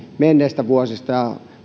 menneistä vuosista ja